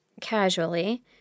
casually—